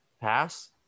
pass